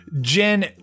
Jen